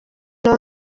ino